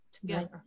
together